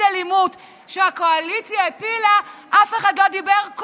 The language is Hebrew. אלימות שהקואליציה הפילה אף אחד לא דיבר,